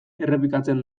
errepikatzen